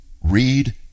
read